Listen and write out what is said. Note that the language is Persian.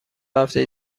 هفته